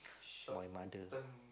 my mother